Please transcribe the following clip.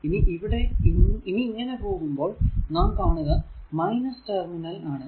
ഇനി ഇങ്ങനെ പോകുമ്പോൾ നാം കാണുക ടെർമിനൽ ആണ്